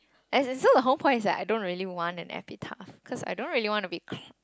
as in so the whole is that I don't want an epitaph cause I don't want to be c~